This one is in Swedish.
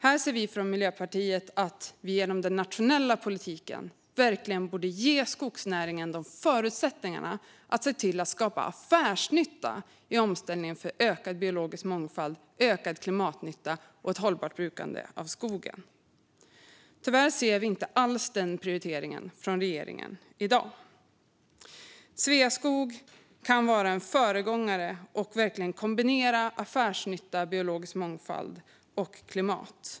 Här anser vi från Miljöpartiet att vi genom den nationella politiken verkligen borde ge skogsnäringen förutsättningarna att skapa affärsnytta i omställningen för ökad biologisk mångfald, ökad klimatnytta och ett hållbart brukande av skogen. Tyvärr ser vi inte alls den prioriteringen hos regeringen i dag. Sveaskog kan vara en föregångare och verkligen kombinera affärsnytta, biologisk mångfald och klimat.